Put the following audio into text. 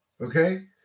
Okay